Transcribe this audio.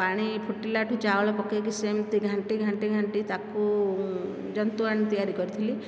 ପାଣି ଫୁଟିଲା ଠାରୁ ଚାଉଳ ପକେଇକି ସେମିତି ଘାଣ୍ଟି ଘାଣ୍ଟି ଘାଣ୍ଟି ତାକୁ ଯନ୍ତଣି ତିଆରି କରିଥିଲି